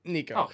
Nico